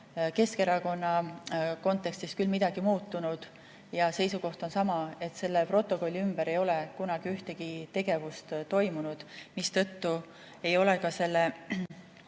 Keskerakonna kontekstis küll midagi muutunud ja seisukoht on sama: selle protokolli ümber ei ole kunagi ühtegi tegevust toimunud, mistõttu ei ole ka